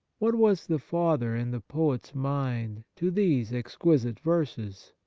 what was the father in the poet's mind to these exquisite verses?